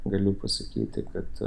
galiu pasakyti kad